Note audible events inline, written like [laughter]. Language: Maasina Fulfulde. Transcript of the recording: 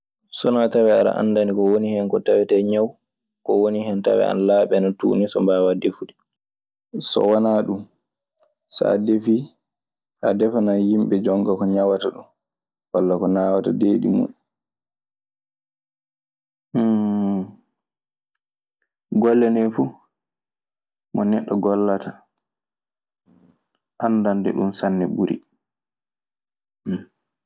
So wanaa tawee, aɗe anndani ko woni hen koo tawetee ñaaw, ko woni hen tawee ana laaɓi, ana tuuni so mbaawaa defude. So wanaa ɗun so a defii, a defanan yimɓe jon ka ko ñawata ɗun walla ko naawata deedi mun. [hesitation] Golle nee fu mo neɗɗo gollata, anndande ɗun sanne ɓuri. [noise]